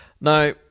now